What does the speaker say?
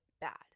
bad